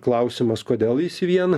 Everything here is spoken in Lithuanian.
klausimas kodėl jis viena